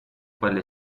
quelle